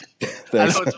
Thanks